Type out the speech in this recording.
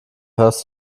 hörst